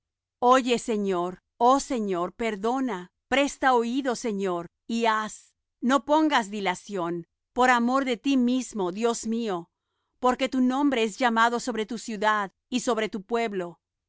oye señor oh señor perdona presta oído señor y haz no pongas dilación por amor de ti mismo dios mío porque tu nombre es llamado sobre tu ciudad y sobre tu pueblo